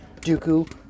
Dooku